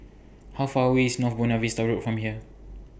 How Far away IS North Buona Vista Road from here